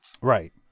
right